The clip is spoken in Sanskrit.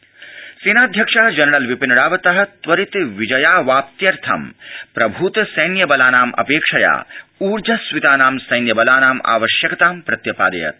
विपिन रावत सेनाध्यक्ष जनरल् विपिनरावत त्वरितविजयावाप्त्यै प्रभूतसैन्यबलानाम् अपेक्षया ऊर्जस्वितानां सैन्यबलानाम् आवश्यक्तां प्रत्यपा यत्